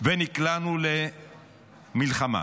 שנקלענו למלחמה,